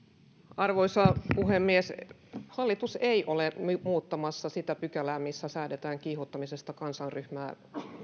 arvoisa puhemies hallitus ei ole muuttamassa sitä pykälää missä säädetään kiihottamisesta kansanryhmää